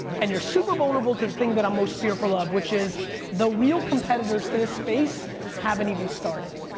and you're super vulnerable to the thing that i'm most fearful of, which is the real competitors to this space haven't even started.